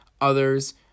Others